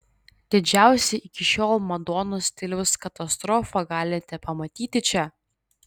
didžiausią iki šiol madonos stiliaus katastrofą galite pamatyti čia